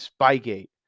Spygate